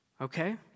Okay